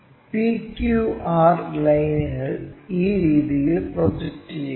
p q r ലൈനുകൾ ആ രീതിയിൽ പ്രൊജക്റ്റുചെയ്യുന്നു